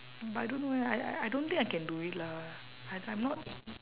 but I don't know eh I I don't think I can do it lah I I'm not